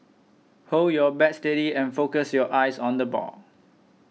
hold your bat steady and focus your eyes on the ball